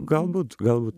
galbūt galbūt